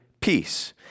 peace